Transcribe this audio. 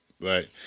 right